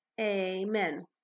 Amen